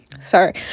Sorry